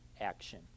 action